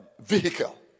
vehicle